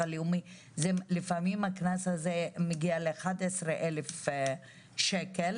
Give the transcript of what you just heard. שמגיע לפעמים ל-11,000 שקל